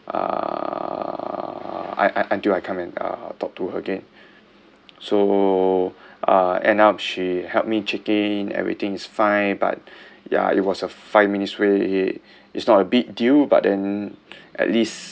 err I until I come and uh talk to her again so uh end up she helped me check in everything's fine but ya it was a five minutes wait is not a big deal but then at least